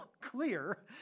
clear